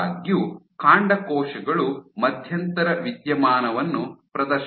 ಆದಾಗ್ಯೂ ಕಾಂಡಕೋಶಗಳು ಮಧ್ಯಂತರ ವಿದ್ಯಮಾನವನ್ನು ಪ್ರದರ್ಶಿಸುತ್ತವೆ